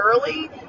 early